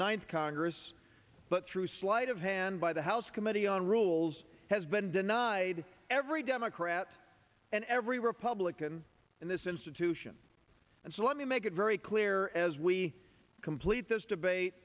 ninth congress but through sleight of hand by the house committee on rules has been denied every democrat and every republican in this institution and so let me make it very clear as we complete this debate